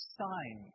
sign